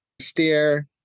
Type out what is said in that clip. Steer